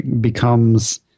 becomes